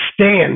stand